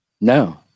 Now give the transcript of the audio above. No